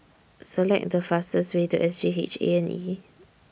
Select The fastest Way to S G H A and E